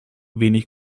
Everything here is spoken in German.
wenig